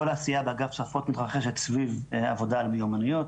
כל עשייה באגף שפות מתרחשת סביב עבודה על מיומנויות.